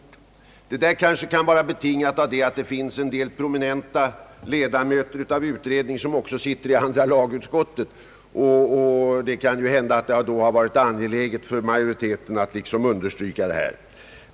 Det uttalandet kanske kan vara betingat av att det finns en del prominenta ledamöter av utredningen som också sitter i andra lagutskottet och att det därför har varit angeläget för majoriteten att understryka den här saken.